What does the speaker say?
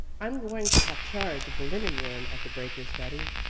i'm going to have charge of the linen-room at the breakers, betty.